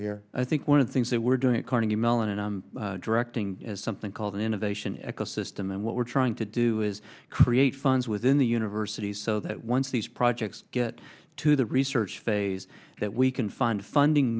here i think one of the things that we're doing at carnegie mellon and directing is something called an innovation eco system and what we're trying to do is create funds within the universities so that once these projects get to the research phase that we can find funding